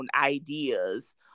ideas